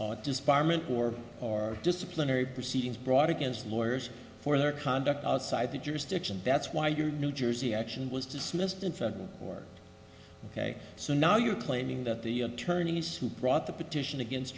disbarment or or disciplinary proceedings brought against lawyers for their conduct outside the jurisdiction that's why your new jersey action was dismissed and or ok so now you're claiming that the attorneys who brought the petition against